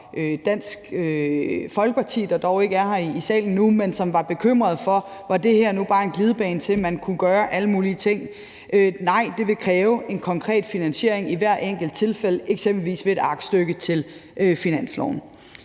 Dansk Folkeparti, der dog ikke er her i salen nu, men som var bekymret for, om det her nu bare var en glidebane, så man kunne gøre alle mulige ting. Nej, det vil kræve en konkret finansiering i hvert enkelt tilfælde, eksempelvis ved et aktstykke til finansloven.